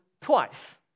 twice